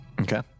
Okay